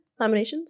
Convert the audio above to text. laminations